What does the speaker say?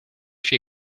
she